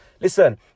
listen